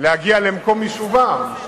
להגיע למקום יישובם,